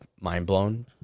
mind-blown